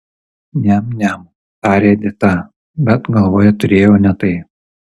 niam niam tarė edita bet galvoje turėjo ne tai